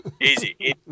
Easy